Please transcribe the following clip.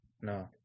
No